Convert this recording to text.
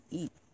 eat